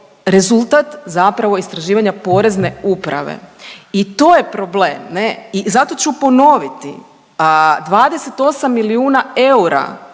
rezultat zapravo istraživanja Porezne uprave. I to je problem ne i zato ću ponoviti. 28 milijuna eura